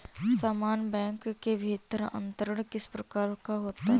समान बैंक के भीतर अंतरण किस प्रकार का होता है?